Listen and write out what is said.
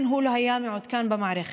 כן, הוא לא היה מעודכן במערכת.